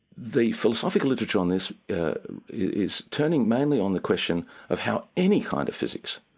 the philosophical literature on this is turning mainly on the question of how any kind of physics,